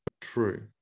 true